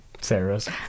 sarah's